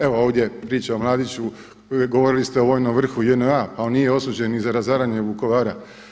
Evo ovdje pričam o Mladiću, govorili ste o vojnom vrhu JNA, pa on nije osuđen ni za razaranje Vukovara.